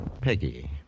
Peggy